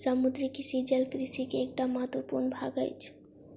समुद्रीय कृषि जल कृषि के एकटा महत्वपूर्ण भाग अछि